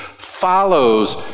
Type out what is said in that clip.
follows